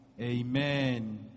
Amen